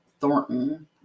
Thornton